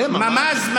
זה ממ"ז.